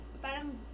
parang